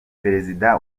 perezida